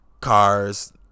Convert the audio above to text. cars